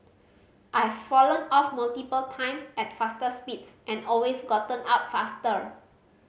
I've fallen off multiple times at faster speeds and always gotten up after